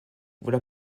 voilà